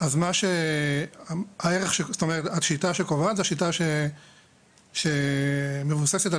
אז השיטה שקובעת היא השיטה שמבוססת על